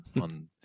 on